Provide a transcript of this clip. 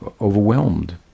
overwhelmed